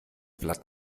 blatt